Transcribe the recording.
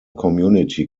community